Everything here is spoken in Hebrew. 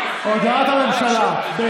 הודעת הממשלה.